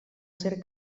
ser